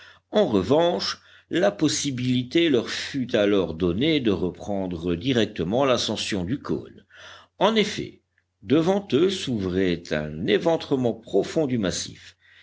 en revanche la possibilité leur fut alors donnée de reprendre directement l'ascension du cône en effet devant eux s'ouvrait un éventrement profond du massif